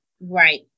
Right